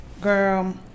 girl